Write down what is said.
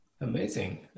Amazing